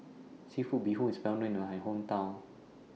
Seafood Bee Hoon IS Well known in My Hometown